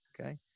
okay